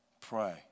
pray